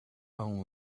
own